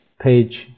page